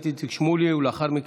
289, 303,